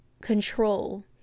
control